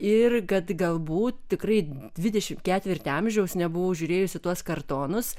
ir kad galbūt tikrai dvidešimt ketvirtį amžiaus nebuvau žiūrėjusi į tuos kartonus